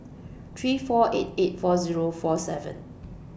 three four eight eight four Zero four seven